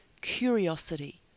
curiosity